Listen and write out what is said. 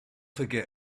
forget